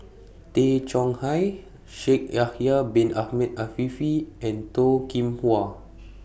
Tay Chong Hai Shaikh Yahya Bin Ahmed Afifi and Toh Kim Hwa